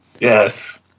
yes